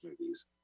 movies